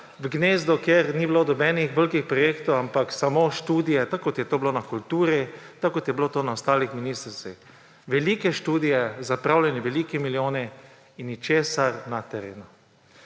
v gnezdo, kjer ni bilo nobenih velikih projektov, ampak samo študije, kot je to bilo na kulturi, tako kot je bilo to na ostalih ministrstvih. Velike študije, zapravljeni veliki milijoni in ničesar na terenu.